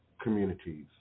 communities